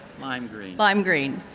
lime green. lime green?